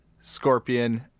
Scorpion